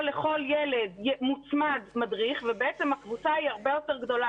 לכל ילד מוצמד מדריך ובעצם הקבוצה היא הרבה יותר גדולה.